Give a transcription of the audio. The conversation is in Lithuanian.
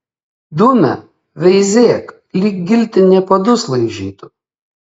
dumia veizėk lyg giltinė padus laižytų